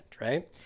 right